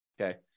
Okay